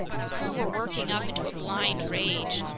the crew were working up into a blind rage.